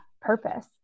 purpose